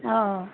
অঁ